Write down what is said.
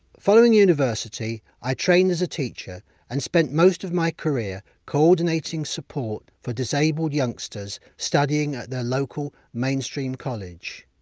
following university, i trained as a teacher and spent most of my career coordinating support for disabled youngsters studying at their local mainstream college.